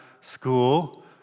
school